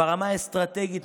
ברמה האסטרטגית,